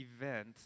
event